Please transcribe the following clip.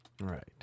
Right